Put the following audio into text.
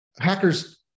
Hackers